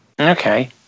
Okay